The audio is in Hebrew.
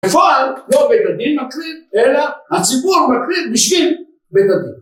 בפועל לא בית הדין מקליט, אלא הציבור מקליט בשביל בית הדין.